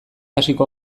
hasiko